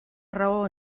raó